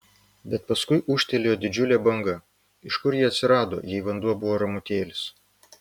bet paskui ūžtelėjo didžiulė banga iš kur ji atsirado jei vanduo buvo ramutėlis